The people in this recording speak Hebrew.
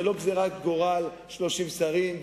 זו לא גזירת גורל 30 שרים,